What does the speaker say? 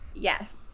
Yes